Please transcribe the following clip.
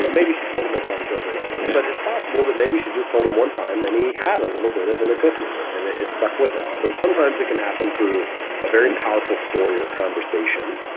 so maybe she told him a bunch over and over, but it's possible that maybe she just told him one time and he had a little bit of an epiphany and it it stuck with him. so sometimes it can happen to a very powerful story or conversation.